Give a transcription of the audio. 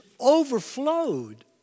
overflowed